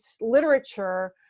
literature